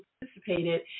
participated